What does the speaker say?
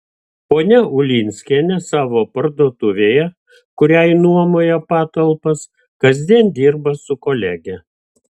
ponia ulinskienė savo parduotuvėje kuriai nuomoja patalpas kasdien dirba su kolege